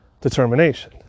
determination